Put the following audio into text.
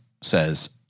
says